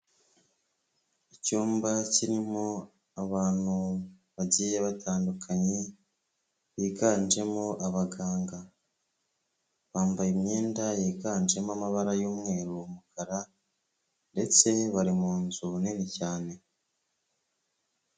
Icyumba kirimo abantu bagiye batandukanye biganjemo abaganga, bambaye imyenda yiganjemo amabara y'umweru, umukara ndetse bari mu nzu nini cyane.